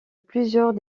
plusieurs